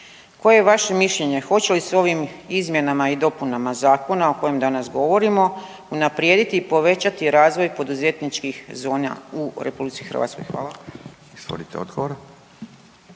Koje je vaše mišljenje, hoće li se ovim izmjenama i dopunama Zakona o kojem danas govorimo unaprijediti i povećati razvoj poduzetničkih zona u RH? Hvala.